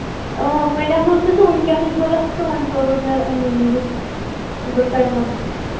آ وۅنۍ ہسا اوس مےٚ سُہ ؤنکٮ۪نٕے ضروٗرت تہٕ وۅنۍ کوٚروٕ مےٚ اَمے موٗجوٗب مےٚ دوٚپ تۄہہِ وَن